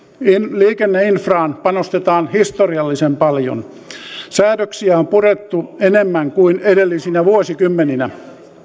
liikenneinfraan panostetaan historiallisen paljon säädöksiä on purettu enemmän kuin edellisinä vuosikymmeninä